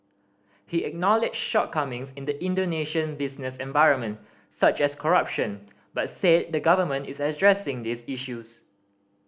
he acknowledged shortcomings in the Indonesian business environment such as corruption but said the government is addressing these issues